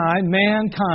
mankind